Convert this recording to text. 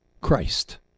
Christ